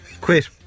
Quit